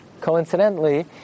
coincidentally